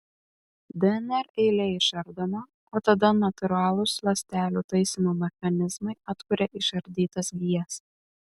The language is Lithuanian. dnr eilė išardoma o tada natūralūs ląstelių taisymo mechanizmai atkuria išardytas gijas